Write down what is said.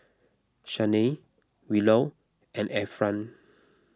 Shanae Willow and Efren